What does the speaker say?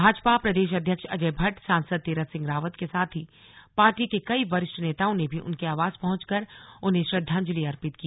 भाजपा प्रदेश अध्यक्ष अजय भट्ट सांसद तीरथ सिंह रावत के साथ ही पार्टी के कई वरिष्ठ नेताओं ने भी उनके आवास पहुंचकर उन्हें श्रद्धांजलि अर्पित की